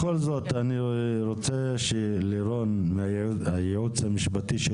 בכל זאת אני רוצה שלירון מהייעוץ המשפטי של